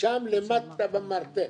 שם למטה במרתף.